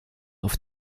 auf